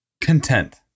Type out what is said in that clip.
Content